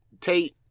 Tate